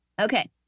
okay